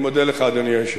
אני מודה לך, אדוני היושב-ראש.